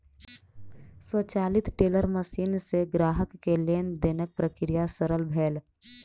स्वचालित teller machine सॅ ग्राहक के लेन देनक प्रक्रिया सरल भेल